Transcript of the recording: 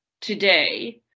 today